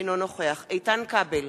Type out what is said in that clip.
אינו נוכח איתן כבל,